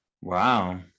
Wow